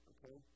Okay